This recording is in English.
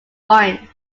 orange